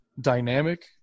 dynamic